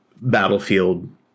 Battlefield